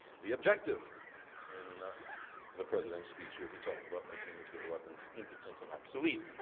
the objective in the president's speech where he talked about making nuclear weapons impotent and obsolete.